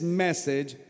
message